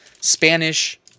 Spanish